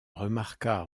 remarqua